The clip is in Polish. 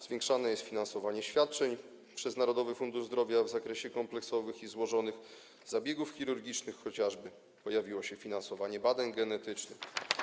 Zwiększone jest finansowanie świadczeń przez Narodowy Fundusz Zdrowia w zakresie kompleksowych i złożonych zabiegów chirurgicznych, pojawiło się też chociażby finansowanie badań genetycznych.